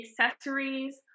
accessories